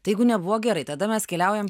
tai jeigu nebuvo gerai tada mes keliaujam